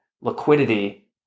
liquidity